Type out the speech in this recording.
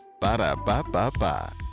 Ba-da-ba-ba-ba